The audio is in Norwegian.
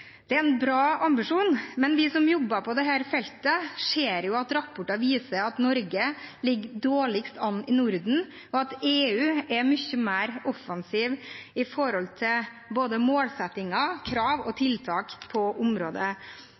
Det er en bra ambisjon, men de som jobber på dette feltet, ser jo at rapporter viser at Norge ligger dårligst an i Norden, og at EU er mye mer offensiv med hensyn til både målsettinger, krav og tiltak på området.